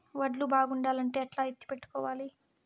వడ్లు బాగుండాలంటే ఎట్లా ఎత్తిపెట్టుకోవాలి?